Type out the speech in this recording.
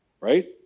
Right